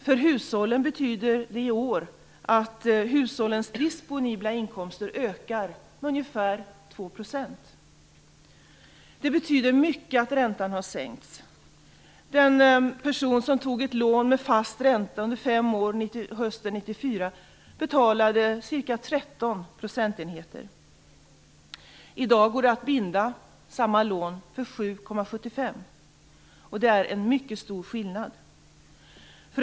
För hushållen betyder det i år att deras disponibla inkomster ökar med ungefär 2 %. Det betyder mycket att räntan har sänkts. Den person som tog ett lån med fast ränta under fem år hösten 1994 betalade ca 13 procentenheter. I dag går det att binda samma lån vid 7,75 %, och det är en mycket stor skillnad.